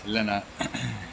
இல்லைனா